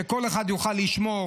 שכל אחד יוכל לשמור,